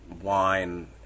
wine